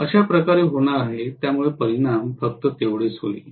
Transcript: अशा प्रकारे होणार आहे त्यामुळे परिणाम फक्त तेवढेच होईल